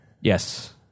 Yes